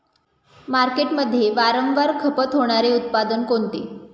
मार्केटमध्ये वारंवार खपत होणारे उत्पादन कोणते?